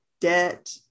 debt